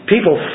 People